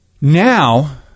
Now